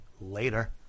later